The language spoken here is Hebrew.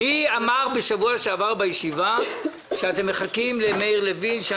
מי אמר בשבוע שעבר בישיבה שאתם מחכים למאיר לוין?